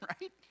Right